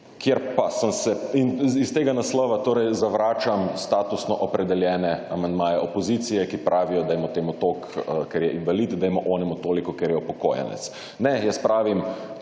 recimo in iz tega naslova torej zavračam statusno opredeljene amandmaje opozicije, ki pravijo dajmo temu toliko, ker je invalid dajmo enemu toliko, ker je upokojenec. Ne, jaz pravim,